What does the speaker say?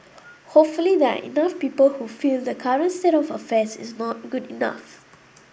hopefully there are enough people who feel the current state of affairs is not good enough